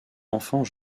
enfant